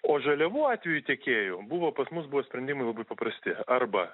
o žaliavų atveju tikėjų buvo pas mus buvo sprendimai labai paprasti arba